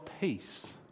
peace